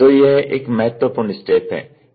तो यह एक महत्वपूर्ण स्टेप है